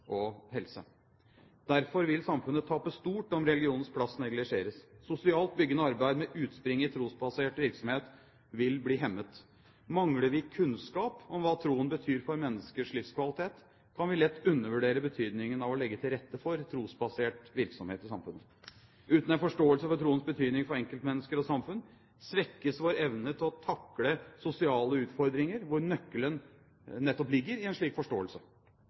og helse. Derfor vil samfunnet tape stort om religionens plass neglisjeres. Sosialt byggende arbeid med utspring i trosbasert virksomhet vil bli hemmet. Mangler vi kunnskap om hva troen betyr for menneskers livskvalitet, kan vi lett undervurdere betydningen av å legge til rette for trosbasert virksomhet i samfunnet. Uten en forståelse for troens betydning for enkeltmennesker og samfunn svekkes vår evne til å takle sosiale utfordringer, hvor nøkkelen nettopp ligger i en slik forståelse.